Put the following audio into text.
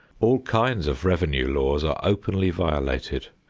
all kinds of revenue laws are openly violated.